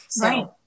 Right